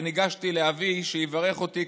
וניגשתי לאבי שיברך אותי,